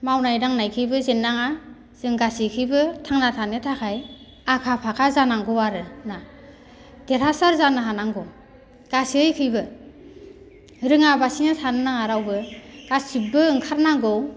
मावनाय दांनायखैबो जेननाङा जों गासैखैबो थांना थानो थाखाय आखा फाखा जानांगौ आरोना देरहासार जानो हानांगौ गासैखैबो रोङाबासिनो थानो नङा रावबो गासिबो ओंखार नांगौ